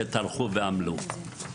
שטרחו ועמלו.